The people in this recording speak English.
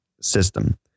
system